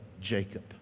Jacob